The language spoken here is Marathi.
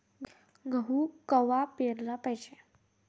गहू कवा पेराले पायजे?